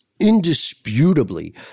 indisputably